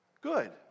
Good